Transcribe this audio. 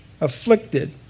afflicted